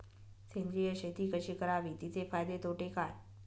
सेंद्रिय शेती कशी करावी? तिचे फायदे तोटे काय?